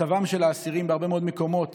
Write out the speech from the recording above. מצבם של האסירים בהרבה מאוד מקומות